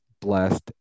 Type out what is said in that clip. blessed